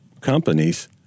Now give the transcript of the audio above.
companies